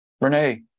Renee